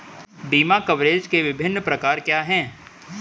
बीमा कवरेज के विभिन्न प्रकार क्या हैं?